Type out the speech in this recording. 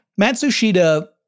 Matsushita